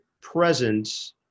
presence